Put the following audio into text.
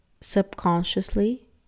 subconsciously